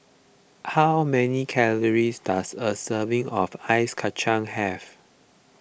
how many calories does a serving of Ice Kachang have